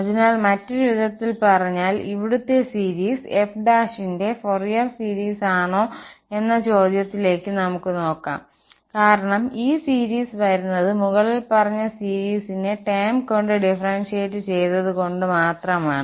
അതിനാൽ മറ്റൊരു വിധത്തിൽ പറഞ്ഞാൽ ഇവിടുത്തെ സീരീസ് f ന്റെ ഫോറിയർ സീരിസാണോ എന്ന ചോദ്യത്തിലേക്ക് നമുക്ക് നോക്കാം കാരണം ഈ സീരീസ് വരുന്നത് മുകളിൽ പറഞ്ഞ സീരിസിനെ ടേം കൊണ്ട് ഡിഫറെൻഷ്യറ്റ് ചെയ്തത് കൊണ്ട് മാത്രമാണ്